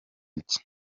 iki